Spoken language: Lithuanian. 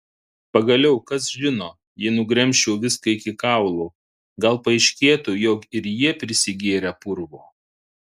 pagaliau kas žino jei nugremžčiau viską iki kaulų gal paaiškėtų jog ir jie prisigėrę purvo